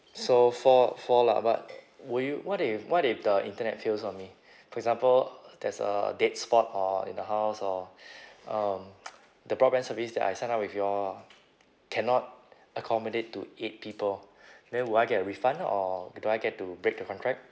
so four four lah but will you what if what if the internet fails on me for example there's a dead spot uh in the house or um the broadband service that I signed up with you all uh cannot accommodate to eight people then will I get a refund or ge~ do I get to break the contract